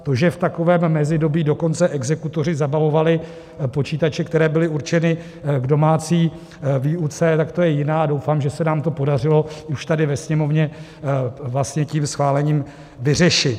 To, že v takovém mezidobí dokonce exekutoři zabavovali počítače, které byly určeny k domácí výuce, tak to je jiná, a doufám, že se nám to podařilo už tady ve Sněmovně vlastně tím schválením vyřešit.